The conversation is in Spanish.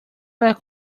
las